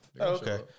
Okay